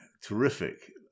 terrific